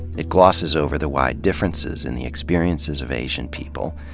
it glosses over the wide differences in the experiences of asian people,